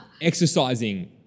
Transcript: exercising